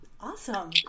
Awesome